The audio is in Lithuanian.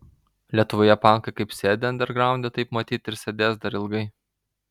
lietuvoje pankai kaip sėdi andergraunde taip matyt ir sėdės dar ilgai